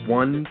one